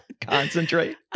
Concentrate